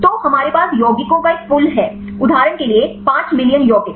तो हमारे पास यौगिकों का एक पूल है उदाहरण के लिए 5 मिलियन यौगिक